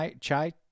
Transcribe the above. chai